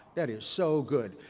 that is so good.